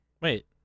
wait